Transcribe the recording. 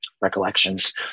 recollections